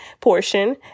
portion